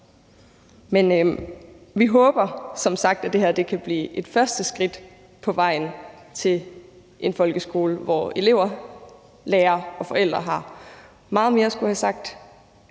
som sagt, at det her kan blive et første skridt på vejen til en folkeskole, hvor elever, lærere og forældre har meget mere at skulle have sagt,